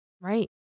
Right